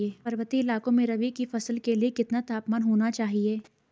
पर्वतीय इलाकों में रबी की फसल के लिए कितना तापमान होना चाहिए?